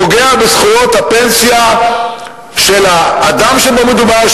פוגע בזכויות הפנסיה של האדם שבו מדובר,